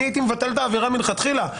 אני הייתי מבטל את העבירה מלכתחילה,